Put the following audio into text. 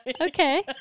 Okay